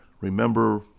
Remember